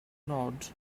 nod